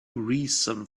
reason